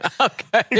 Okay